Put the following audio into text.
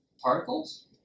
particles